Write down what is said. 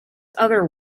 other